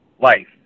life